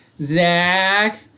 Zach